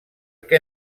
què